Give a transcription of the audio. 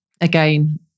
again